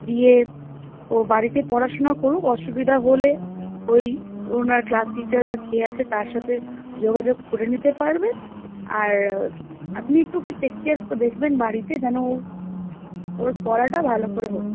দিয়ে ও বাড়িতে পড়াশুনা করুক অসুবিধা হলে ওই ওনার ক্লাস টিচার বা কে আছে তার সাথে যোগাযোগ করে নিতে পারবেন আর আপনি একটু ওকে টেক কেয়ার দেখবেন বাড়িতে যেন ও ওর পড়াটা ভালো করে হোক